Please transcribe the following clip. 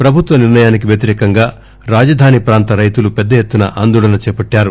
ప్రభుత్వ నిర్ణయానికి వ్యతిరేకంగా రాజధాని ప్రాంత రైతులు పెద్ద ఎత్తున ఆందోళన చేపట్టారు